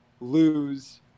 lose